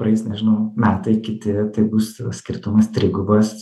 praeis nežinau metai kiti tai bus skirtumas trigubas